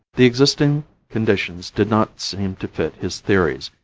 the existing conditions did not seem to fit his theories,